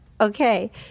Okay